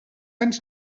anys